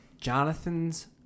Jonathan's